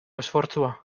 esfortzua